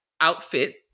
outfit